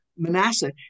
Manasseh